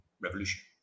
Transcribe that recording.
Revolution